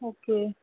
okay